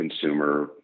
consumer